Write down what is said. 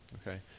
okay